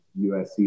USC